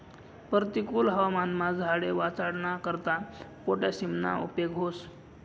परतिकुल हवामानमा झाडे वाचाडाना करता पोटॅशियमना उपेग व्हस